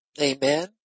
Amen